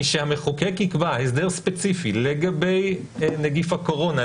משהמחוקק יקבע הסדר ספציפי לגבי נגיף הקורונה,